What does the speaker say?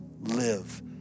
live